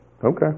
Okay